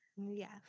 Yes